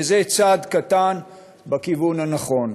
וזה צעד קטן בכיוון הנכון.